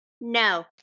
no